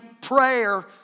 prayer